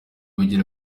ugira